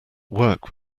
work